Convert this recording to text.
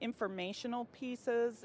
informational pieces